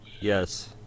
Yes